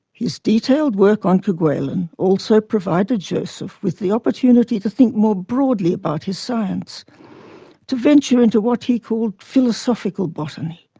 his detailed work on kerguelen also provided joseph with the opportunity to think more broadly about his science to venture into what he called philosophical botany.